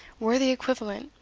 were the equivalent!